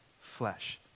flesh